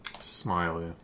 Smiley